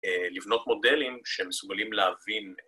לבנות מודלים שהם מסוגלים להבין